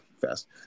fast